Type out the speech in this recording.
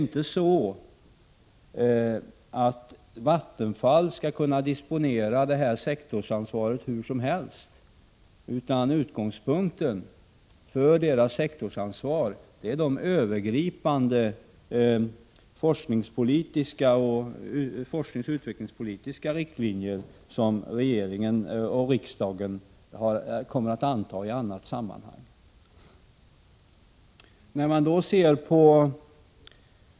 Vattenfall skall inte kunna disponera detta sektorsansvar hur som helst, utan utgångspunkten för det ansvaret är de övergripande forskningsoch utvecklingspolitiska riktlinjer som regeringen och riksdagen kommer att anta i annat sammanhang.